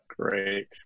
great